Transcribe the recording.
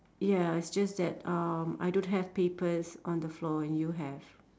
ya it's just that um I don't have papers on the floor and you have